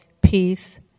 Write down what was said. peace